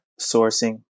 sourcing